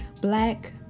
Black